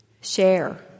share